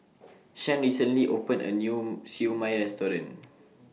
Shan recently opened A New Siew Mai Restaurant